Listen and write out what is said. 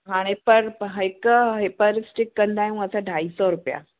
हाणे पर हिक पर स्टिक कंदा आहियूं असां ढाई सौ रुपया